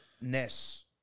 Ness